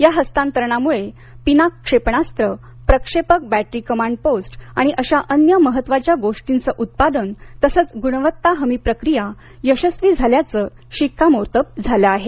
या हस्तांतरणामुळे पिनाक क्षेपणासत्र प्रक्षेपक बॅटरी कमांड पोस्ट आणि अशा अन्य महत्त्वाच्या गोष्टींचं उत्पादन तसेच गुणवत्ता हमी प्रक्रिया यशस्वी झाल्याचं शिक्कामोर्तब झाले आहे